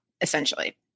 essentially